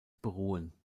beruhen